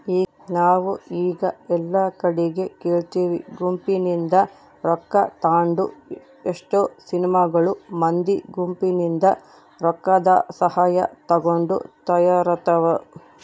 ಈಗ ನಾವು ಎಲ್ಲಾ ಕಡಿಗೆ ಕೇಳ್ತಿವಿ ಗುಂಪಿನಿಂದ ರೊಕ್ಕ ತಾಂಡು ಎಷ್ಟೊ ಸಿನಿಮಾಗಳು ಮಂದಿ ಗುಂಪಿನಿಂದ ರೊಕ್ಕದಸಹಾಯ ತಗೊಂಡು ತಯಾರಾತವ